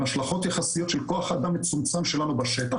עם השלכות יחסיות של כוח אדם מצומצם שלנו בשטח,